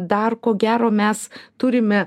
dar ko gero mes turime